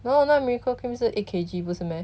no 那个 miracle cream 是 eight K_G 不是 meh